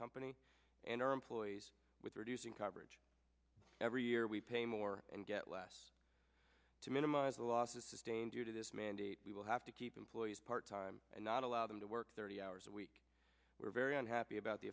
company and our employees with reducing coverage every year we pay more and get less to minimize the losses sustained due to this mandate we will have to keep employees part time and not allow them to work thirty hours a week were very on b about the